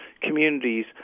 communities